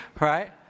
Right